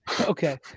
Okay